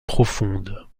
profondes